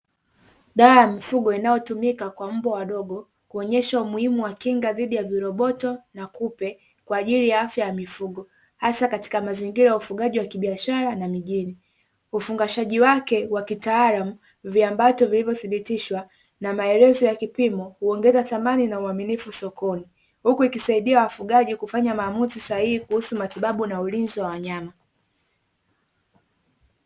Dawa ya mifugo inayotumika kwa mbwa wadogo kuonyesha umuhimu wa kinga dhidi ya viroboto na kupe kwa ajili ya afya ya mifugo, hasa katika mazingira ya ufugaji wa kibiashara na mijini kufungashaji wake wa kitaalamu, viambato vilivyodhibitishwa na maelezo ya kipimo huongeza thamani na uaminifu sokoni huku ikisaidia wafugaji kufanya maamuzi sahihi kuhusu matibabu na ulinzi wa wanyama.